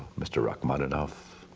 mr. rachmaninoff,